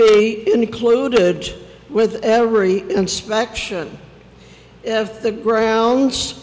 be included with every inspection if the grounds